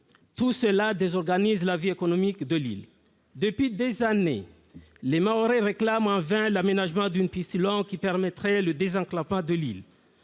Tout cela désorganise la vie économique de l'île. Depuis des années, les Mahorais réclament en vain l'aménagement d'une piste longue qui permettrait le désenclavement de l'île.